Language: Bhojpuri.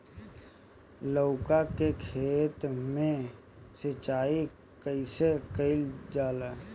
लउका के खेत मे सिचाई कईसे कइल जाला?